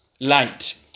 light